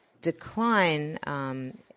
decline